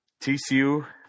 TCU